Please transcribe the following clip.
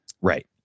right